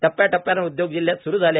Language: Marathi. टप्प्या टप्प्याने उद्योग जिल्ह्यात स्रू झाले